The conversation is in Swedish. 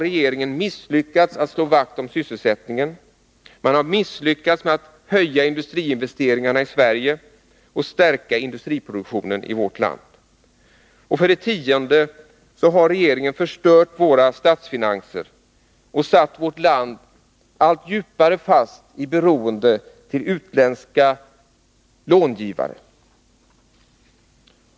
Regeringen har misslyckats med att slå vakt om sysselsättningen, den har misslyckats med att höja industriinvesteringarna i Sverige och stärka industriproduktionen i vårt land. 10. Regeringen har förstört våra statsfinanser och satt vårt land allt djupare fast i beroende till utländska långivare.